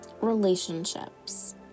Relationships